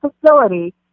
facility